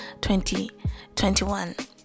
2021